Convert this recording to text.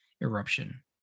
eruption